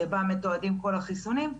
שבה מתועדים כל החיסונים,